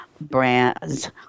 Brands